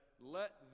let